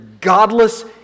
godless